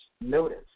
Notice